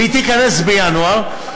והיא תיכנס בינואר,